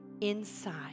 inside